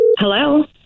Hello